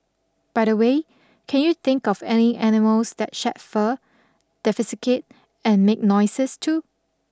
by the way can you think of any animals that shed fur and make noises too